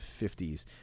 50s